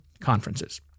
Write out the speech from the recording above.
conferences